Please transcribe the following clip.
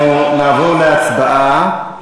אנחנו נעבור להצבעה.